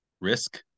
risk